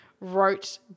wrote